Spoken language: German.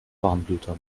warmblüter